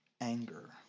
anger